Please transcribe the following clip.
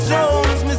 Jones